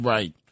Right